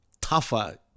tougher